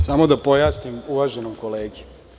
Samo da pojasnim uvaženom kolegi.